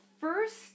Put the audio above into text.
first